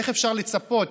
איך אפשר לצפות